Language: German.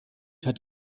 hat